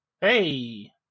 Hey